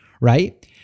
Right